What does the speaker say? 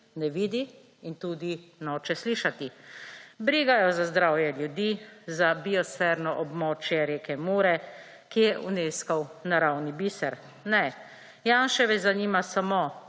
ne vidi in tudi noče slišati. Briga jo za zdravje ljudi, za biosferno območje reke Mure, ki je Unescov naravni biser. Ne, Janševe zanima samo